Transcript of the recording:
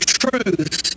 truth